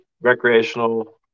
recreational